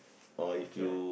okay [what]